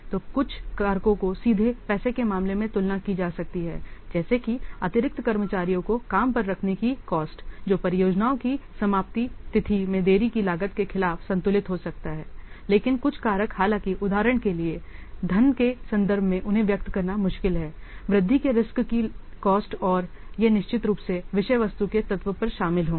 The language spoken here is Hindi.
तो कुछ कारकों को सीधे पैसे के मामले में तुलना की जा सकती है जैसे कि अतिरिक्त कर्मचारियों को काम पर रखने की कॉस्ट जो परियोजनाओं की समाप्ति तिथि में देरी की कॉस्ट के खिलाफ संतुलित हो सकता है लेकिन कुछ कारक हालांकि उदाहरण के लिए धन के संदर्भ में उन्हें व्यक्त करना मुश्किल है वृद्धि के रिस्क की कॉस्ट और यह निश्चित रूप से विषयवस्तु के तत्व पर शामिल होगा